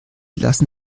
lassen